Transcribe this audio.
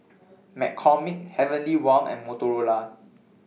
McCormick Heavenly Wang and Motorola